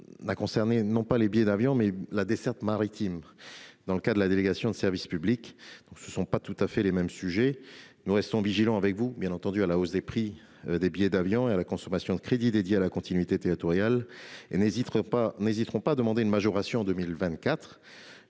2022, concerne non pas les billets d'avion, mais la desserte maritime exercée dans le cadre de la délégation de service public. Ce ne sont pas tout à fait les mêmes sujets. Nous restons vigilants, comme vous, à la hausse des prix des billets d'avion et à la consommation des crédits dédiés à la continuité territoriale. Nous n'hésiterons donc pas à demander une majoration en 2024,